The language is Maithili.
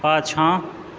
पाछाँ